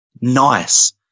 nice